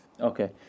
okay